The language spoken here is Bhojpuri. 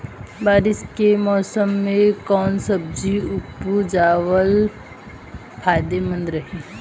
बारिश के मौषम मे कौन सब्जी उपजावल फायदेमंद रही?